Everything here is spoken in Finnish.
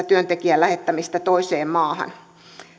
työntekijän lähettämistä toiseen maahan